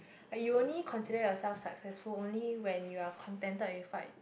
but you only consider yourself successful only when you are contented with what